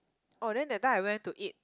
oh then that time I went to eat